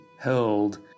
held